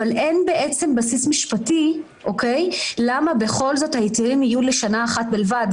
אבל אין בעצם בסיס משפטי למה בכל זאת ההיתרים יהיו לשנה אחת בלבד.